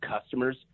customers